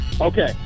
Okay